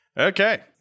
Okay